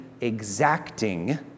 exacting